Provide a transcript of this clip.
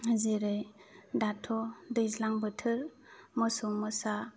जेरै दाथ' दैज्लां बोथोर मोसौ मोसा